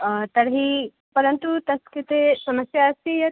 तर्हि परन्तु तत् कृते समस्या अस्ति यत्